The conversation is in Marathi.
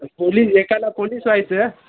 पोलिस एकाला पोलिस व्हायचं आहे